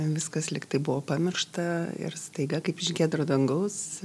viskas lygtai buvo pamiršta ir staiga kaip iš giedro dangaus